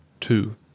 Two